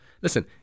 Listen